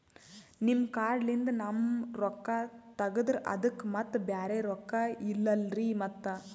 ನಿಮ್ ಕಾರ್ಡ್ ಲಿಂದ ನಮ್ ರೊಕ್ಕ ತಗದ್ರ ಅದಕ್ಕ ಮತ್ತ ಬ್ಯಾರೆ ರೊಕ್ಕ ಇಲ್ಲಲ್ರಿ ಮತ್ತ?